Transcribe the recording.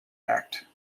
act